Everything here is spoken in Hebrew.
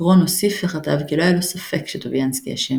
קרון הוסיף וכתב כי לא היה לו ספק שטוביאנסקי אשם